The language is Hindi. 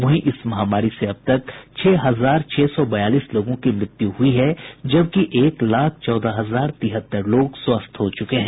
वहीं इस महामारी से अबतक छह हजार छह सौ बयालीस लोगों की मृत्यु हुई है जबकि एक लाख चौदह हजार तिहत्तर लोग स्वस्थ हो चुके हैं